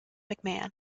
mcmahon